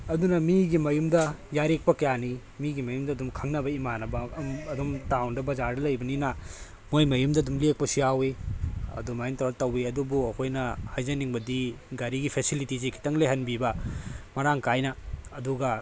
ꯑꯗꯨꯅ ꯃꯤꯒꯤ ꯃꯌꯨꯝꯗ ꯌꯥꯔꯦꯛꯞ ꯀꯌꯥꯅꯤ ꯃꯤꯒꯤ ꯃꯌꯨꯝꯗ ꯑꯗꯨꯝ ꯈꯪꯅꯕ ꯏꯃꯥꯟꯅꯕ ꯑꯗꯨꯝ ꯇꯥꯎꯟꯗ ꯕꯖꯥꯔꯗ ꯂꯩꯕꯅꯤꯅ ꯃꯣꯏ ꯃꯌꯨꯝꯗ ꯑꯗꯨꯝ ꯂꯦꯛꯄꯁꯨ ꯌꯥꯎꯏ ꯑꯗꯨꯃꯥꯏꯅ ꯇꯧꯔꯒ ꯇꯧꯏ ꯑꯗꯨꯕꯨ ꯑꯩꯈꯣꯏꯅ ꯍꯥꯏꯖꯅꯤꯡꯕꯗ ꯒꯥꯔꯤꯒꯤ ꯐꯦꯁꯤꯂꯤꯇꯤꯁꯦ ꯈꯤꯇꯪ ꯂꯩꯍꯟꯕꯤꯕ ꯃꯔꯥꯡ ꯀꯥꯏꯅ ꯑꯗꯨꯒ